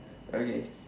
okay